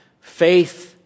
Faith